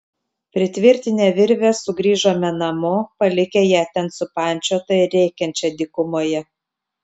pritvirtinę virvę sugrįžome namo palikę ją ten supančiotą ir rėkiančią dykumoje